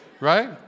Right